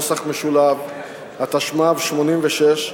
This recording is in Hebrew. התשמ"ו 1986,